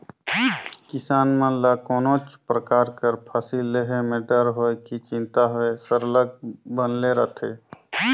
किसान मन ल कोनोच परकार कर फसिल लेहे में डर होए कि चिंता होए सरलग बनले रहथे